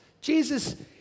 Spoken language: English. Jesus